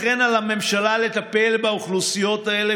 לכן על הממשלה לטפל באוכלוסיות האלה